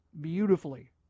beautifully